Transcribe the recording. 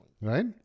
Right